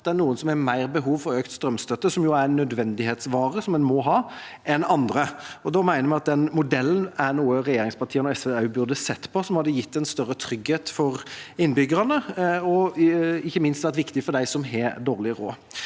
det er noen som har mer behov for økt strømstøtte – som jo er en nødvendighetsvare som en må ha – enn andre. Da mener vi at den modellen er noe regjeringspartiene og SV også burde ha sett på, og som hadde gitt en større trygghet for innbyggerne. Ikke minst ville det vært viktig for dem som har dårlig råd.